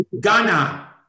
Ghana